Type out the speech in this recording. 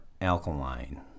alkaline